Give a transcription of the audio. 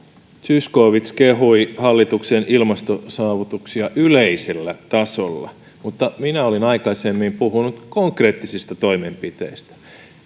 zyskowicz kehui hallituksen ilmastosaavutuksia yleisellä tasolla mutta minä olin aikaisemmin puhunut konkreettisista toimenpiteistä